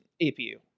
APU